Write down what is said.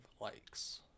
likes